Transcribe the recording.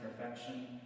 perfection